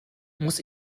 muss